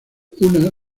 una